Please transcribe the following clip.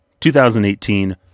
2018